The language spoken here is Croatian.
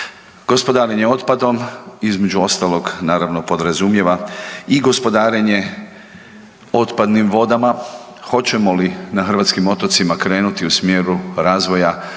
Gospodarenje otpadom između ostalog, naravno, podrazumijeva i gospodarenje otpadnim vodama, hoćemo li na hrvatskim otocima krenuti u smjeru razvoja